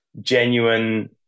genuine